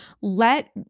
let